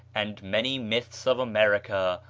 and many myths of america,